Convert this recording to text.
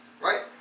Right